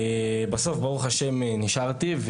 בסוף ברוך השם נשארתי,